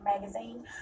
Magazine